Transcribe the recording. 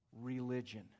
religion